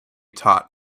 taught